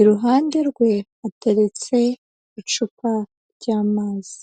iruhande rwe hateretse icupa ry'amazi.